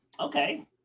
Okay